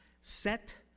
set